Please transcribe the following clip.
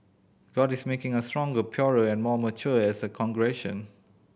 god is making us stronger purer and more mature as a congregation